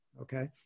Okay